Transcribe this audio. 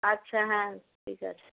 আচ্ছা হ্যাঁ ঠিক আছে